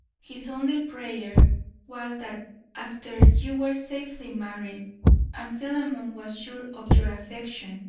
his only prayer was that after you were safely married and philemon was sure of your affection,